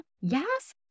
Yes